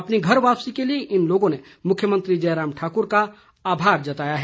अपनी घर वापसी के लिए इन लोगों ने मुख्यमंत्री जयराम ठाकुर का आभार जताया है